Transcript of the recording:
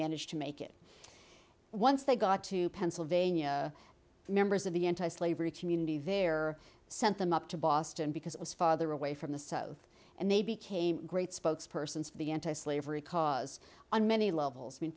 managed to make it once they got to pennsylvania members of the anti slavery community there sent them up to boston because it was father away from the south and they became great spokespersons for the anti slavery cause on many levels i mean